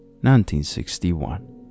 1961